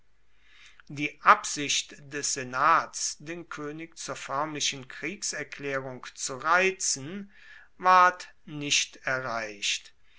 die absicht des senats den koenig zur foermlichen kriegserklaerung zu reizen ward nicht erreicht